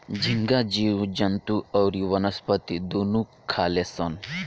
झींगा जीव जंतु अउरी वनस्पति दुनू खाले सन